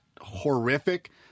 horrific